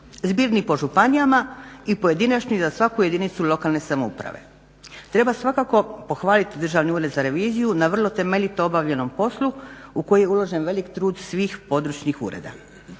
zbirni po županijama i pojedinačni za svaku jedinicu lokalne samouprave. Treba svakako pohvaliti Državni ured za reviziju na vrlo temeljito obavljenom poslu u koji je uložen trud svih područnih ureda.